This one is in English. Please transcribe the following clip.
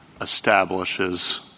establishes